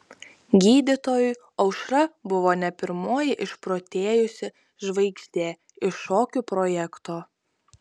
gydytojui aušra buvo ne pirmoji išprotėjusi žvaigždė iš šokių projekto